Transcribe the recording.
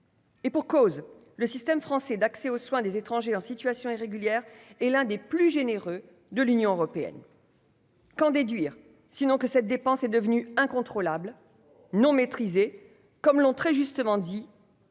Et pour cause, le système français d'accès aux soins des étrangers en situation irrégulière et l'un des plus généreux de l'Union européenne. Qu'en déduire sinon que cette dépense est devenue incontrôlable non maîtrisée, comme l'ont très justement dit.